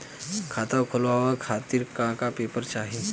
खाता खोलवाव खातिर का का पेपर चाही?